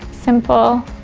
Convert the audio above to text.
simple.